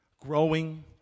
Growing